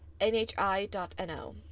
NHI.no